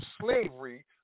slavery